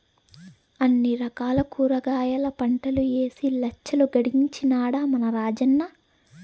అన్ని రకాల కూరగాయల పంటలూ ఏసి లచ్చలు గడించినాడ మన రాజన్న